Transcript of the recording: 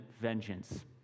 vengeance